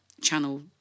channel